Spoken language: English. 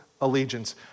allegiance